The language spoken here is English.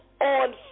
on